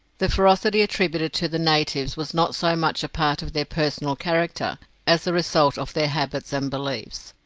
the ferocity attributed to the natives was not so much a part of their personal character as the result of their habits and beliefs.